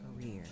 career